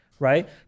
right